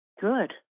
good